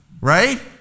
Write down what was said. Right